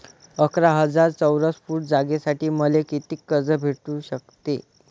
अकरा हजार चौरस फुट जागेसाठी मले कितीक कर्ज भेटू शकते?